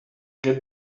get